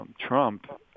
Trump